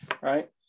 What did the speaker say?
right